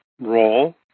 role